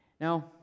Now